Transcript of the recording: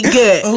good